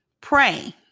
pray